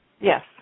Yes